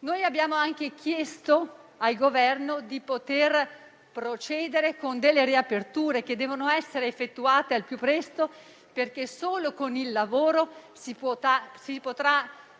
Noi abbiamo anche chiesto al Governo di poter procedere con le riaperture, che devono essere effettuate al più presto, perché solo con il lavoro si potrà